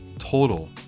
Total